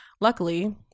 Luckily